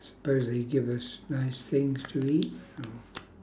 suppose they give us nice things to eat or